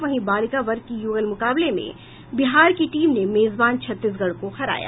वहीं बालिका वर्ग की युगल मुकाबले में बिहार की टीम ने मेजबान छत्तीसगढ़ को हराया